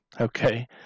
okay